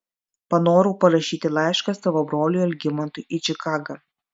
panorau parašyti laišką savo broliui algimantui į čikagą